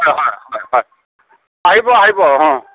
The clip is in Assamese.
হয় হয় হয় হয় আহিব আহিব অঁ